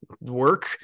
work